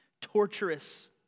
torturous